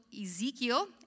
Ezekiel